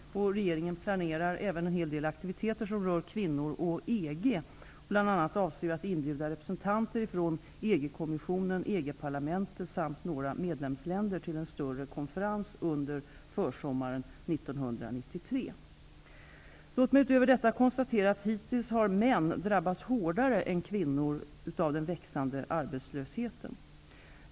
Regeringen planerar även en hel del aktiviteter som rör kvinnorna och EG. Bl.a. avser vi att inbjuda representanter från EG-kommissionen, EG-parlamentet samt några medlemsländer till en större konferens under försommaren 1993. Låt mig utöver detta konstatera att hittills har män drabbats hårdare än kvinnor av den växande arbetslösheten.